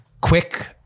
quick